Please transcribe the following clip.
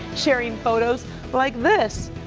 sharing photos like this.